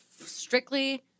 strictly—